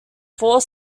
four